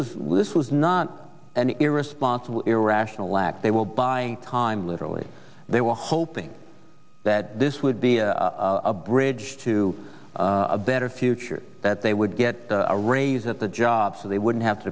was this was not an irresponsible irrational act they will buy time literally they were hoping that this would be a bridge to a better future that they would get a raise at the job so they wouldn't have to